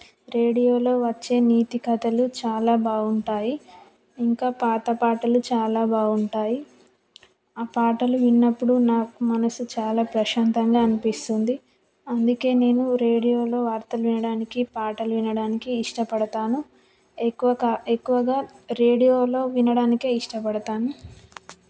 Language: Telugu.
రేడియోలో వచ్చే నీతి కథలు చాలా బాగుంటాయి ఇంకా పాత పాటలు చాలా బాగుంటాయి ఆ పాటలు విన్నప్పుడు నాకు మనసు చాలా ప్రశాంతంగా అనిపిస్తుంది అందుకే నేను రేడియోలో వార్తలు వినడానికి పాటలు వినడానికి ఇష్టపడతాను ఎక్కువ ఎక్కువగా రేడియోలో వినడానికి ఇష్టపడతాను